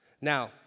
Now